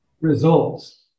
results